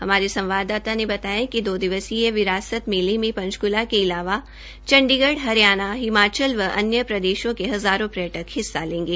हमारी संवाददाता ने बताया कि दो दिवसीय विरासत मेले में पंचकूला के अलावा चण्डीगढ हरियाणा हिमाचल व अन्य प्रदेशों के हजारों पर्यटक भाग लेंगे